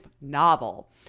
novel